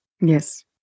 yes